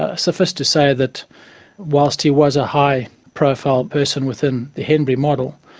ah suffice to say that whilst he was a high profile person within the henbury model,